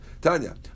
Tanya